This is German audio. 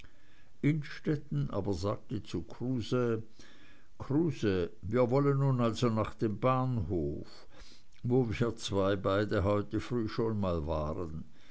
innstetten aber sagte zu kruse kruse wir wollen nun also nach dem bahnhof wo wir zwei beide heute früh schon mal waren